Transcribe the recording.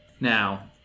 Now